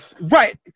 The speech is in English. Right